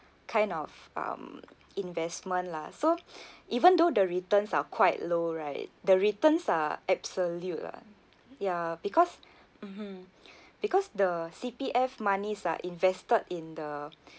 kind of um investment lah so even though the returns are quite low right the returns are absolute lah ya because mmhmm because the C_P_F moneys are invested in the